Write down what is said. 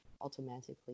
automatically